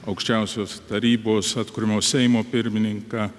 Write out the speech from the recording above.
aukščiausios tarybos atkuriamo seimo pirmininką